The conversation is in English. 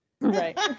Right